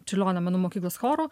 čiurlionio menų mokyklos choru